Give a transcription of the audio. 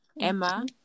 Emma